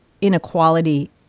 inequality